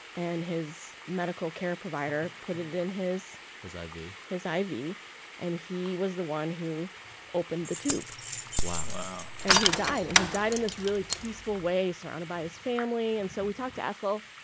and his medical care provider put it it in his i ah v his i v and he was the one who opened the tube wow wow and he died. and he died in this really peaceful way, surrounded by his family. and so we talked to ethel.